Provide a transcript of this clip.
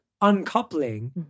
Uncoupling